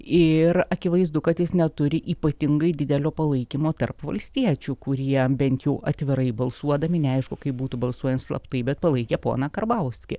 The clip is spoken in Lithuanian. ir akivaizdu kad jis neturi ypatingai didelio palaikymo tarp valstiečių kurie bent jau atvirai balsuodami neaišku kaip būtų balsuojant slaptai bet palaikė poną karbauskį